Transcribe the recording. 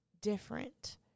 different